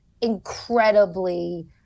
incredibly